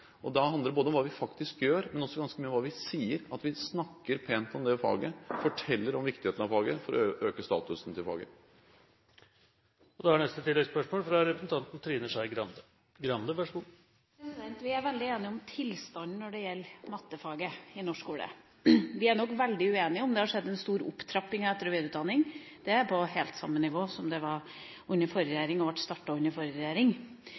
og realfag. Da handler det både om det vi faktisk gjør, og også ganske mye om hva vi sier – at vi snakker pent om faget og forteller om viktigheten av det for å øke statusen til faget. Trine Skei Grande – til oppfølgingsspørsmål. Vi er veldig enige om tilstanden til mattefaget i norsk skole. Vi er nok veldig uenige om hvorvidt det har skjedd en stor opptrapping av etter- og videreutdanning. Det er på helt det samme nivået som det var under forrige regjering, og det ble startet under forrige regjering.